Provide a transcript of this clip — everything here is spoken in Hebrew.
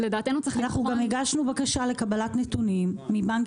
אנחנו גם הגשנו בקשה לקבלת נתונים מבנק